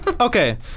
okay